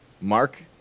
Mark